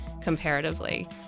comparatively